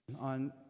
on